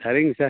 சரிங்க சார்